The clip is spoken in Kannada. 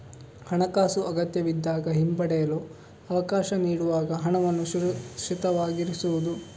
ಹಣಾಕಾಸು ಅಗತ್ಯವಿದ್ದಾಗ ಹಿಂಪಡೆಯಲು ಅವಕಾಶ ನೀಡುವಾಗ ಹಣವನ್ನು ಸುರಕ್ಷಿತವಾಗಿರಿಸುವುದು